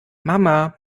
mama